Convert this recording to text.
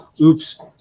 Oops